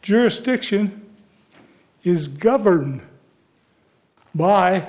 jurisdiction is governed by